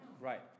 Right